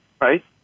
right